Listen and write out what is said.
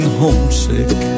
homesick